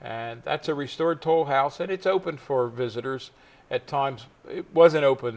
and that's a restored toll house and it's open for visitors at times wasn't open